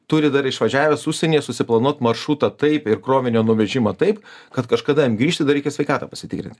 turi dar išvažiavęs užsienyje susiplanuot maršrutą taip ir krovinio nuvežimą taip kad kažkada jam grįžti dar reikia sveikatą pasitikrint